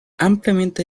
ampliamente